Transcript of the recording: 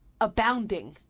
abounding